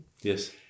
Yes